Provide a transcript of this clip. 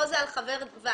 כאן זה על חבר בדירקטוריון.